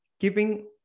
Keeping